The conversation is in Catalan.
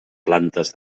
plantes